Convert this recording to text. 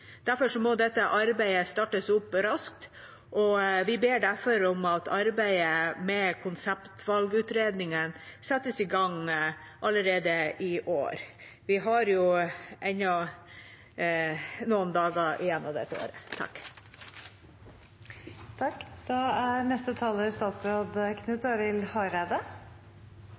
Derfor må dette arbeidet startes opp raskt. Vi ber derfor om at arbeidet med konseptvalgutredningen settes i gang allerede i år – vi har jo ennå noen dager igjen av dette året.